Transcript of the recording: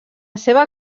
seva